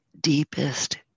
deepest